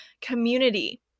community